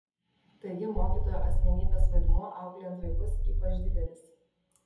taigi mokytojo asmenybės vaidmuo auklėjant vaikus ypač didelis